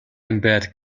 embed